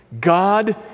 God